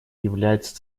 является